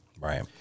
Right